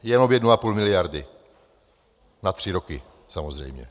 Jenom 1,5 miliardy na tři roky, samozřejmě.